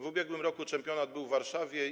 W ubiegłym roku championat był w Warszawie.